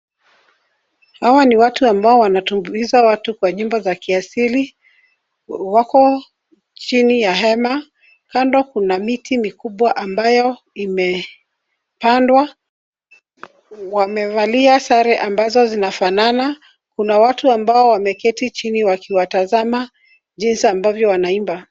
Hawa ni watu ambao wanatumbuiza watu kwa nyimbo za kiasili. Wako chini ya hema. Kando kuna miti mikubwa ambayo imepandwa. Wamevalia sare ambazo zinafanana. Kuna watu ambao wameketi chini wakiwatazama jinsi ambavyo wanaimba.